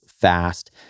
fast